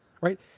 right